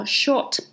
short